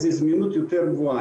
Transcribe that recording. זמינות יותר גבוהה.